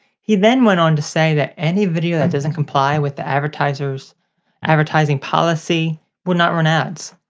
he then went on to say that any video that doesn't comply with the advertising advertising policy will not run ads.